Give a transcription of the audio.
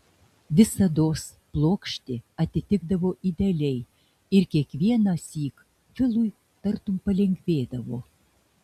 visados plokštė atitikdavo idealiai ir kiekvienąsyk filui tartum palengvėdavo